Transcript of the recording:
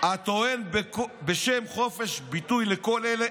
"הטוען בשם חופש הביטוי לכל אלה,